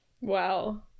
Wow